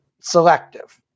selective